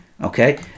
Okay